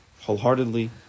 wholeheartedly